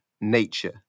nature